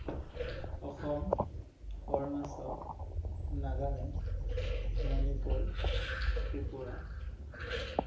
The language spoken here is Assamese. অসম অৰুণাচল নাগালেণ্ড মণিপুৰ ত্ৰিপুৰা